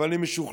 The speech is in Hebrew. אבל אני משוכנע